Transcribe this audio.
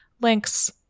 links